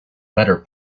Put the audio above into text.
better